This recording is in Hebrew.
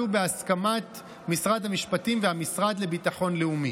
בהסכמת משרד המשפטים והמשרד לביטחון לאומי.